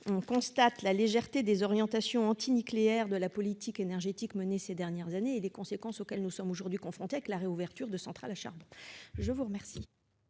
on constate la légèreté des orientations antinucléaires de la politique énergétique menée ces dernières années et les conséquences auxquelles nous sommes aujourd'hui confrontés, avec la réouverture de centrales à charbon. La parole